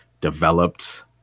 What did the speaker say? developed